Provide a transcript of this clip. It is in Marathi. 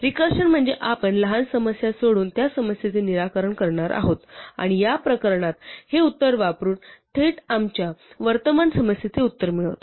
रिकर्सन म्हणजे आपण लहान समस्या सोडवून या समस्येचे निराकरण करणार आहोत आणि या प्रकरणात ते उत्तर वापरून थेट आमच्या वर्तमान समस्येचे उत्तर मिळवतो